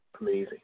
Amazing